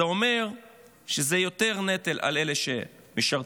זה אומר יותר נטל על אלה שמשרתים,